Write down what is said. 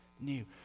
new